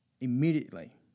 immediately